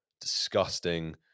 disgusting